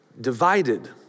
divided